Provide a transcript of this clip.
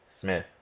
Smith